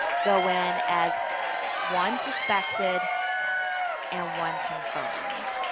go in as one suspected and one confirmed.